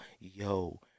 yo